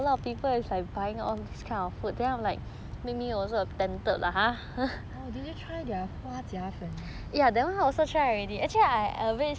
orh did you try their 花甲粉